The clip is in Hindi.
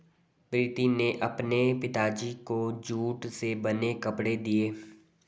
प्रीति ने अपने पिताजी को जूट से बने कपड़े दिए